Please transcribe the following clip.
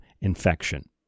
infection